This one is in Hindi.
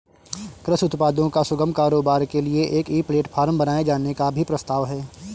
कृषि उत्पादों का सुगम कारोबार के लिए एक ई प्लेटफॉर्म बनाए जाने का भी प्रस्ताव है